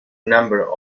number